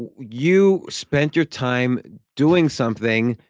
and you spent your time doing something.